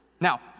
Now